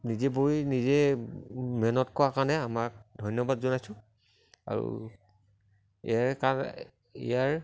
নিজে বৈ নিজে মেহনত কৰা কাৰণে আমাক ধন্যবাদ জনাইছোঁ আৰু ইয়াৰ কাৰণে ইয়াৰ